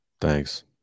Thanks